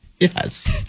Yes